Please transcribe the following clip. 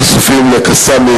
חשופים ל"קסאמים",